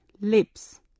lips